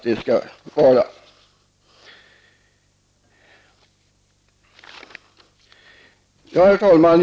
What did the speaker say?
Herr talman!